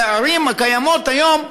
של הערים הקיימות היום,